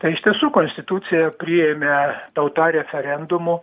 tai iš tiesų konstituciją priėmė tauta referendumu